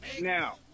Now